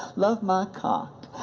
love my cock.